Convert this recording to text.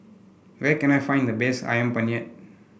where can I find the best ayam penyet